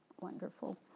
wonderful